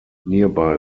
nearby